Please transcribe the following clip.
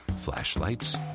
flashlights